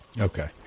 Okay